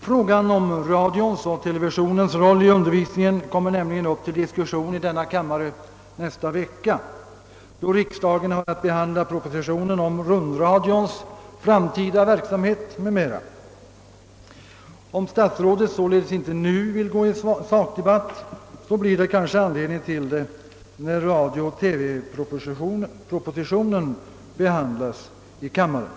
Frågan om radions och televisionens roll i undervisningen kommer nämligen upp till debatt i denna kammare nästa vecka, då vi skall behandla propositionen om rundradions framtida verksamhet m. m, Om statsrådet alltså inte nu vill ingå på en sakdebatt, blir det kanske anledning därtill när vi behandlar radio-TV-propositionen här i kammaren.